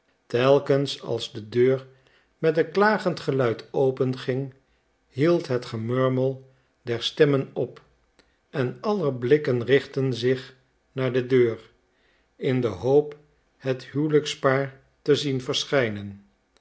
telkens als de deur met een klagend geluid open ging hield het gemurmel der stemmen op en aller blikken richtten zich naar de deur in de hoop het huwelijkspaar te zien verschijnen